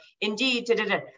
indeed